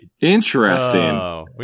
Interesting